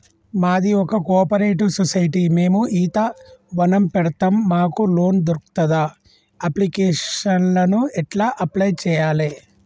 మాది ఒక cooperative society మేము ఈత వనం పెడతం మాకు లోన్ దొర్కుతదా? అప్లికేషన్లను ఎట్ల అప్లయ్ చేయాలే?